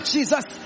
Jesus